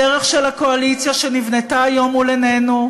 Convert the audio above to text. הדרך של הקואליציה שנבנתה היום מול עינינו,